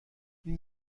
این